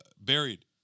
buried